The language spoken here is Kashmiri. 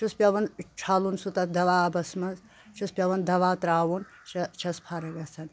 چھُس پؠوان چھَلُن سُہ تَتھ دَوا آبَس منٛز چھُس پؠوان دوا ترٛاوُن چھِ چھَس فرَق گژھان